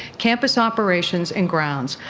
campus operations and grounds,